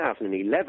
2011